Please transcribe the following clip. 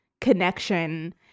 connection